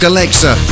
Alexa